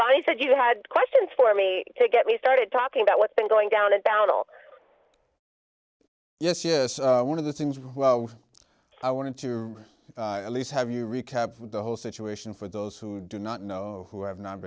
by you said you had questions for me to get me started talking about what's been going down and down all yes yes one of the things i wanted to at least have you recap the whole situation for those who do not know who have not